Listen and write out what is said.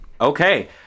Okay